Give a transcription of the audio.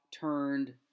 turned